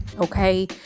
Okay